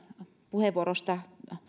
puheenvuorosta